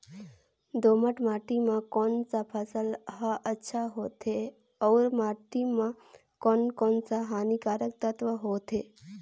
दोमट माटी मां कोन सा फसल ह अच्छा होथे अउर माटी म कोन कोन स हानिकारक तत्व होथे?